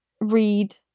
read